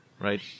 right